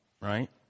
right